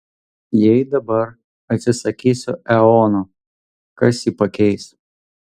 jei dabar atsisakysiu eono kas jį pakeis